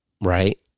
right